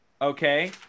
okay